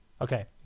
Okay